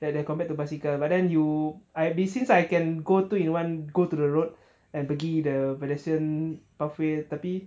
then then compared to bicycle ya but then you I b~ since I can go two in one go to the road and pergi the pedestrian pathway tapi